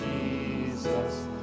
jesus